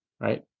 right